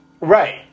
Right